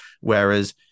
Whereas